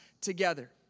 together